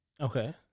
Okay